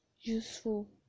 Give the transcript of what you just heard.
useful